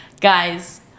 Guys